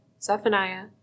Zephaniah